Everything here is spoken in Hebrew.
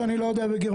שאני לא יודע גרמנית,